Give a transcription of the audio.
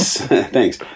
thanks